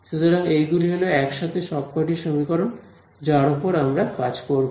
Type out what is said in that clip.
সুতরাং এইগুলি হল একসাথে সবকটি সমীকরণ যার ওপর আমরা কাজ করব